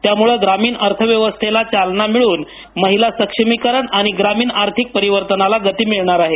त्यामुळे ग्रामीण अर्थव्यवस्थेला चालना मिळवून महिला सक्षमीकरण आणि ग्रामीण आर्थिक परिवर्तनाला गती मिळणार आहे